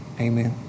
Amen